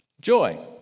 Joy